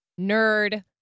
nerd